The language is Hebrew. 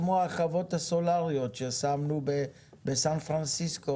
כמו החוות הסולאריות, ששמנו בסאן פרנסיסקו